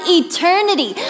eternity